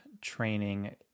training